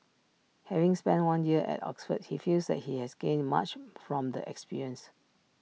having spent one year at Oxford he feels that he has gained much from the experience